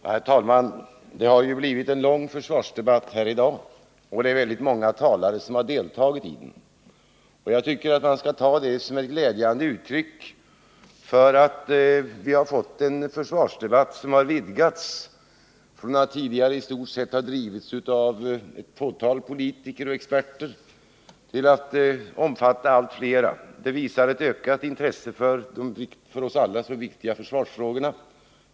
Herr talman! Det har ju blivit en lång försvarsdebatt här i dag, och det är många talare som har deltagit i den. Jag tycker att man skall ta det som ett glädjande uttryck för att vår försvarsdebatt har vidgats från att tidigare i stort ha engagerat ett fåtal politiker och experter till att omfatta allt fler. Det visar på ett ökat intresse för de för oss alla så viktiga försvarsfrågorna.